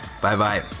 Bye-bye